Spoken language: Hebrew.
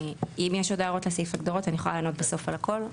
אם יש עוד הערות לסעיף הגדרות אני יכולה לענות בסוף על הכל.